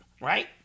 right